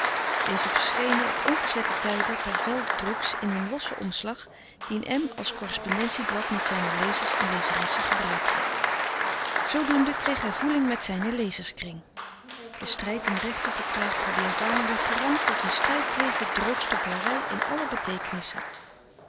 deze verschenen op ongezette tijden per vel druks in een lossen omslag dien m als correspondentieblad met zijne lezers en lezeressen gebruikte zoodoende kreeg hij voeling met zijnen lezerskring de strijd om recht te verkrijgen voor den javaan werd verruimd tot een strijd tegen droogstoppelarij in alle